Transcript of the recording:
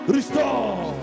Restore